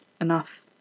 enough